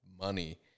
money